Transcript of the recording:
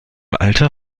alter